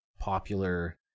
popular